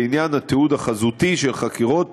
לעניין התיעוד החזותי של חקירות